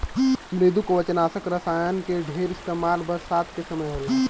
मृदुकवचनाशक रसायन के ढेर इस्तेमाल बरसात के समय होला